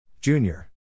Junior